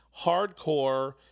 hardcore